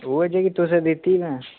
उ'यै जेह्की तुसें दित्ती भैं